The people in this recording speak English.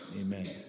amen